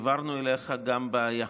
העברנו אליך גם בעיה.